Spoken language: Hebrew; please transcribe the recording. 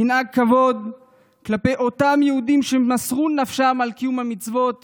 ננהג כבוד כלפי אותם יהודים שמסרו נפשם על קיום המצוות